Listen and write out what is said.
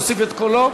נוסיף את קולו.